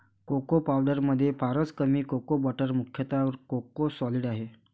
cocoa पावडरमध्ये फारच कमी कोको बटर मुख्यतः कोको सॉलिड आहे